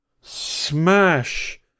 smash